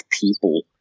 people